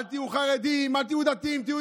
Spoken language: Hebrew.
אל תהיו חרדים, אל תהיו דתיים,